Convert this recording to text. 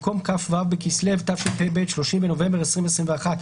במקום "כ"ו בכסלו התשפ"ב (30 בנובמבר 2021),